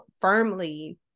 firmly